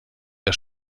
der